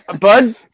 Bud